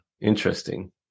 Interesting